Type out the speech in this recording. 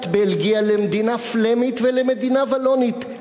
בלגיה למדינה פלמית ולמדינה וולונית.